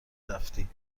رفتی